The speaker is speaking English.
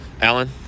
Alan